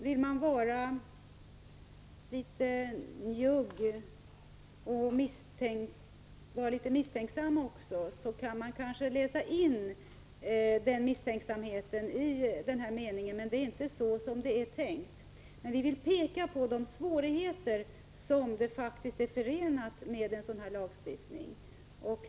Vill man vara litet njugg och misstänksam, kan man kanske läsa in den misstänksamheten i den här meningen. Men det är inte så det är tänkt. Vi vill peka på de svårigheter som faktiskt är förenade med en sådan här lagstiftning.